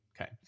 okay